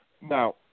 Now